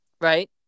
Right